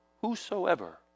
Whosoever